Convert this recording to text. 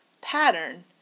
pattern